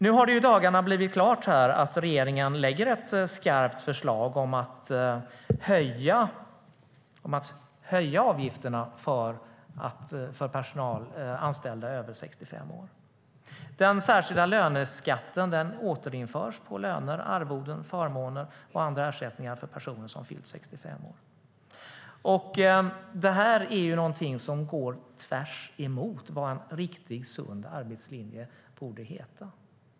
Det har i dagarna blivit klart att regeringen lägger fram ett skarpt förslag om att höja avgifterna för anställda över 65 år. Den särskilda löneskatten återinförs på löner, arvoden, förmåner och andra ersättningar för personer som fyllt 65 år. Det är någonting som går tvärt emot vad en riktig och sund arbetslinje borde vara.